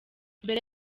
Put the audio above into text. mbere